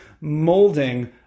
molding